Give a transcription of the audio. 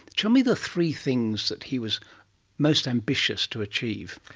tell me the three things that he was most ambitious to achieve.